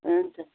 हुन्छ